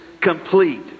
complete